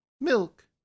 milk